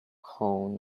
horn